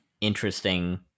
interesting